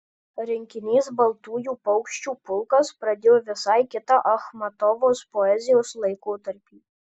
rinkinys baltųjų paukščių pulkas pradėjo visai kitą achmatovos poezijos laikotarpį